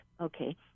Okay